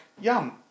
Yum